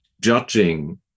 judging